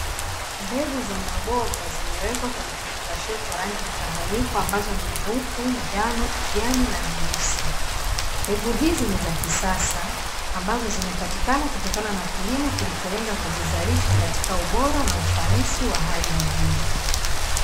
Mbegu za maboga zimewekwa kwenye kifungashio cha rangi mchanganyiko ambazo ni nyeupe, njano, kijani na nyeusi, mbegu hizi ni za kisasa ambazo zimepatikana kutokana na kilimo kilicholenga kuzizalisha katika ubora na ufanisi wa hali ya juu.